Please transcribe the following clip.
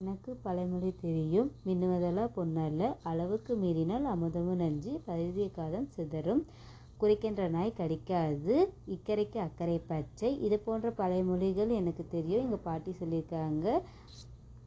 எனக்கு பழமொழி தெரியும் மின்னுவதெல்லாம் பொன்னல்ல அளவுக்கு மீறினால் அமிர்தமும் நஞ்சு பதறிய காரியம் சிதறும் குறைக்கின்ற நாய் கடிக்காது இக்கறைக்கு அக்கறை பச்சை இது போன்ற பழயை மொழிகள் எனக்கு தெரியும் எங்கள் பாட்டி சொல்லிருக்கிறாங்க